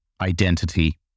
identity